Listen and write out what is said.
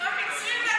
המצרים,